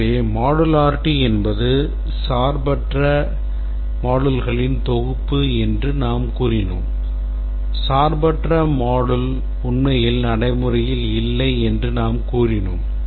எனவே modularity என்பது சார்பற்ற moduleகளின் தொகுப்பு என்று நாம் கூறினோம் சார்பற்ற modules உண்மையில் நடைமுறையில் இல்லை என்று நாம் கூறினோம்